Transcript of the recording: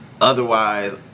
otherwise